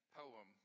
poem